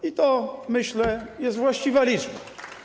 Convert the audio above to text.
I to, myślę, jest właściwa liczba.